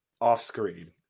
off-screen